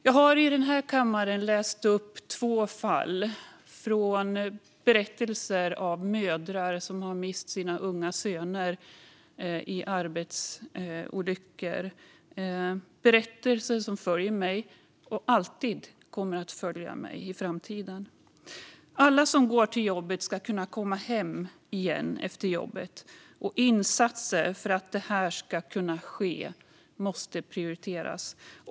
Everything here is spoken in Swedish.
Jag har i denna kammare läst upp berättelser från två fall där mödrar har mist sina unga söner i arbetsolyckor. Dessa berättelser följer mig och kommer att följa mig i framtiden också. Alla som går till jobbet ska kunna komma hem igen efteråt, och insatser för att detta ska kunna ske måste prioriteras.